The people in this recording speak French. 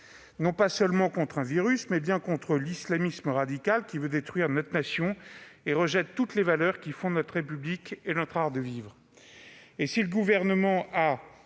non pas seulement contre un virus, mais bien contre l'islamisme radical, qui veut détruire notre nation et rejette toutes les valeurs qui fondent notre République et notre art de vivre.